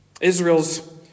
Israel's